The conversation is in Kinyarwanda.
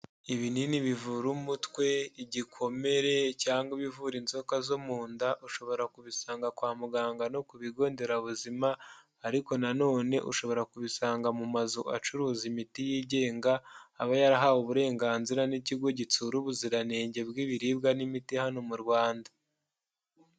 Ibinini bivura umutwe igikomere cyangwa ibivura inzoka zo mu nda, ushobora kubisanga kwa muganga no ku bigo nderabuzima, ariko na none ushobora kubisanga mu mazu acuruza imiti yigenga, aba yarahawe uburenganzira n'ikigo gitsura ubuziranenge bw'ibiribwa n'imiti hano mu Rwanda.